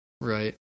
Right